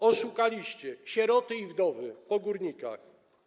Oszukaliście sieroty i wdowy po górnikach.